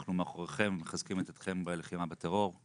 אנחנו מאחוריכם ומחזקים את ידכם בלחימה בטרור.